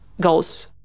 goals